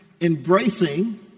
Embracing